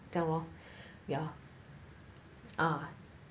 这样 lor ya ah